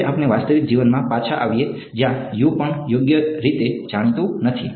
હવે આપણે વાસ્તવિક જીવનમાં પાછા આવીએ જ્યાં પણ યોગ્ય રીતે જાણીતું નથી